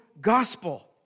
gospel